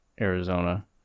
Arizona